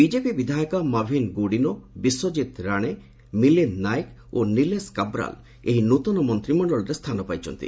BJP ବିଧାୟକ ମଭିନ୍ ଗୋଡ଼ିନୋ ବିଶ୍ୱଜିତ ରାଣେ ମିଲିନ୍ଦ ନାଏକ ଓ ନିଲେସ୍ କାବ୍ରାଲ୍ ଏହି ନୂଆ ମନ୍ତ୍ରିମଣ୍ଡଳରେ ସ୍ଥାନ ପାଇଛନ୍ତି